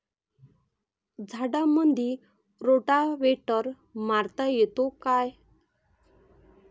झाडामंदी रोटावेटर मारता येतो काय?